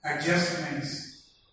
adjustments